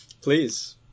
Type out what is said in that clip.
Please